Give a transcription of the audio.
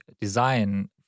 design